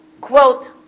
quote